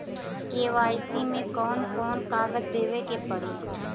KYC मे कौन कौन कागज देवे के पड़ी?